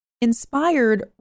inspired